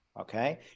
Okay